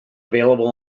available